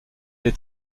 des